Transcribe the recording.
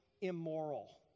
immoral